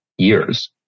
years